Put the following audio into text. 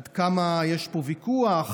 עד כמה יש פה ויכוח,